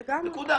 נקודה.